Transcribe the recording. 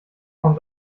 kommt